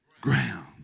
ground